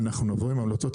אנחנו נבוא עם ההמלצות,